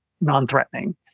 non-threatening